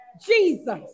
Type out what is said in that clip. Jesus